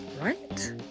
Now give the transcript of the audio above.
right